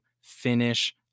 finish